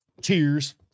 Cheers